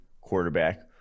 quarterback